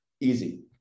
easy